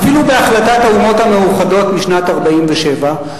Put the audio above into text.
אפילו בהחלטת האומות המאוחדות משנת 1947,